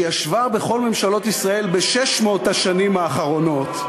שישבה בכל ממשלות ישראל בשש-מאות השנים האחרונות,